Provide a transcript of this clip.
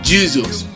Jesus